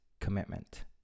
commitment